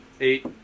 eight